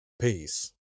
Peace